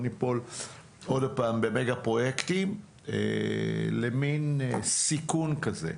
ניפול עוד פעם במגה פרויקטים למן סיכון כזה.